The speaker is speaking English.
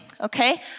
okay